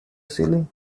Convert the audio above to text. ceiling